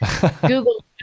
Google